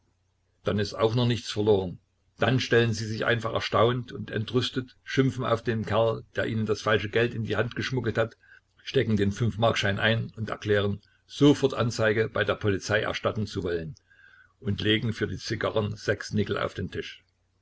dann ist auch noch nichts verloren dann stellen sie sich einfach erstaunt und entrüstet schimpfen auf den kerl der ihnen das falsche geld in die hand geschmuggelt hat stecken den fünfmarkschein ein und erklären sofort anzeige bei der polizei erstatten zu wollen und legen für die zigarren sechs nickel auf den tisch